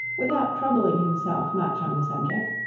without troubling himself much on the subject,